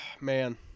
Man